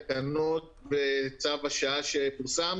אפשר ליצר מעין תחנות קורונה זמניות לתקופת הסגר.